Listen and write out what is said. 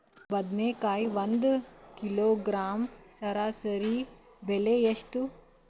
ಬದನೆಕಾಯಿ ಒಂದು ಕಿಲೋಗ್ರಾಂ ಸರಾಸರಿ ಬೆಲೆ ಎಷ್ಟು?